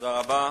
תודה רבה,